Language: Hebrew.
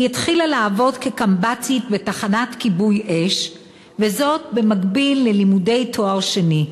היא התחילה לעבוד כקמב"צית בתחנת כיבוי-אש במקביל ללימודי תואר שני,